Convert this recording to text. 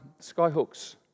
Skyhooks